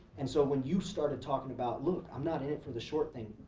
and so when you started talking about, look, i'm not here for the short thing,